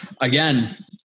again